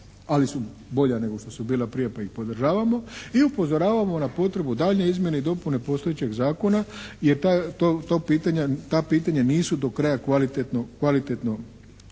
ali su bolja nego što su bila prije pa ih podržavamo. I upozoravamo na potrebu daljnje izmjene i dopune postojećeg zakona, jer to pitanje, ta pitanja nisu do kraja kvalitetno